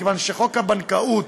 מכיוון שחוק הבנקאות